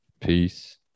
peace